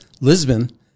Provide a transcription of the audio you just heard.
Lisbon